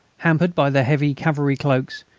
hampered by their heavy cavalry cloaks,